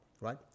Right